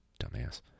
Dumbass